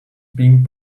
being